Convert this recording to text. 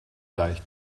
leicht